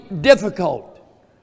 difficult